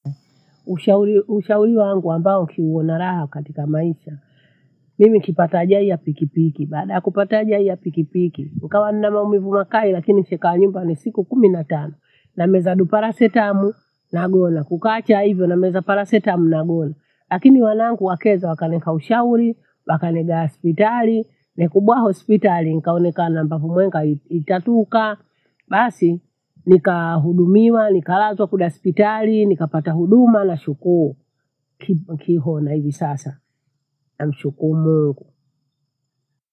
Ushauri, ushauri wangu ambao kiuona raha katika maisha. Nighe kipata ajali ya pikipiki baada ya kupata ajali ya pikipiki. Nkawa nina maumivu mkali lakini thikaa nyumbani siku kumi na tano nameza du parasetamu nagona, kukaacha hivo nameza parasemu nagona. Lakini wanagu wakethe wakanipa ushauri, wakaniga aspitali nekubwao hospitali nikaonekana mbavu mwenga itatuka. Basi nikahudumiwa nikalazwa kuda aspitali nikapata huduma nashukuru. Kib- nkiho nahivi sasa, namshukuru Mungu.